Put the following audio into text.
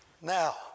Now